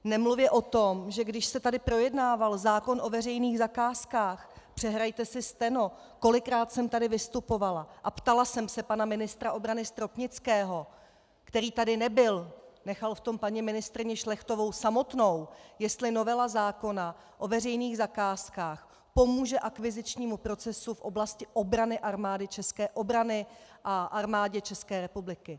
Nemluvě o tom, že když se tady projednával zákon o veřejných zakázkách, přehrajte si steno, kolikrát jsem tady vystupovala a ptala jsem se pana ministra obrany Stropnického, který tady nebyl, nechal v tom paní ministryni Šlechtovou samotnou, jestli novela zákona o veřejných zakázkách pomůže akvizičnímu procesu v oblasti obrany Armádě České republiky.